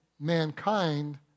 mankind